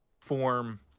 form